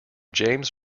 james